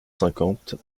cinquante